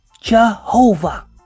Jehovah